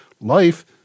life